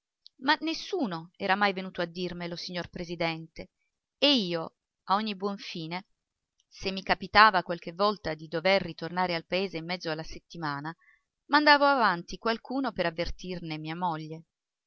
ma nessuno era mai venuto a dirmelo signor presidente e io a ogni buon fine se mi capitava qualche volta di dover ritornare al paese in mezzo della settimana mandavo avanti qualcuno per avvertirne mia moglie